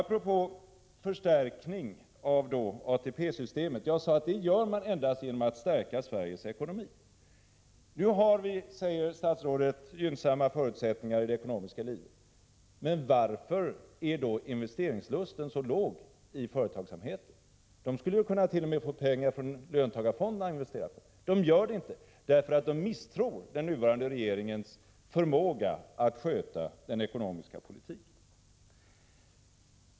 Apropå förstärkning av ATP-systemet sade jag att detta kan göras endast genom att man stärker Sveriges ekonomi. Statsrådet säger att vi nu har gynnsamma förutsättningar i det ekonomiska livet. Varför är då investeringslusten så låg i företagsamheten? Företagen skulle t.o.m. kunna få pengar från löntagarfonderna att investera för. De investerar inte, därför att de misstror den nuvarande regeringens förmåga att sköta den ekonomiska politiken.